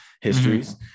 histories